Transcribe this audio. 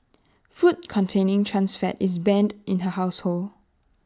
food containing trans fat is banned in her household